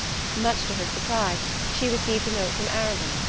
much to her surprise she received a note from arobin,